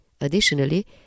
Additionally